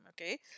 okay